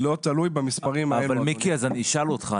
אני אשאל אותך.